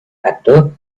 actor